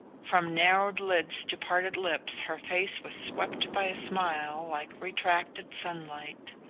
from narrowed lids to parted lips her face was swept by a smile like retracted sunlight.